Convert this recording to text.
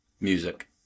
music